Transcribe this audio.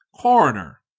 Coroner